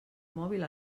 mòbil